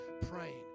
praying